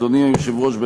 אדוני היושב-ראש,